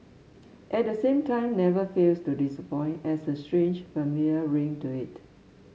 at the same time never fails to disappoint as a strange familiar ring to it